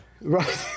Right